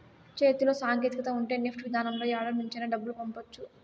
చేతిలో సాంకేతికత ఉంటే నెఫ్ట్ విధానంలో యాడ నుంచైనా డబ్బులు పంపవచ్చు